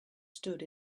stood